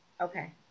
Okay